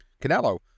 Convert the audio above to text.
Canelo